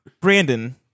Brandon